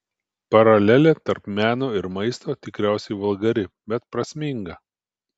paralelė tarp meno ir maisto tikriausiai vulgari bet prasminga